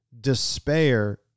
Despair